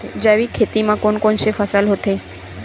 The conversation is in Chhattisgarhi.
जैविक खेती म कोन कोन से फसल होथे?